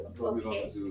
Okay